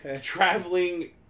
traveling